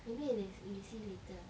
maybe it is we see later